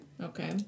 Okay